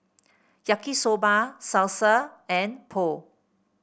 Yaki Soba Salsa and Pho